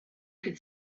could